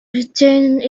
retained